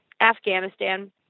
Afghanistan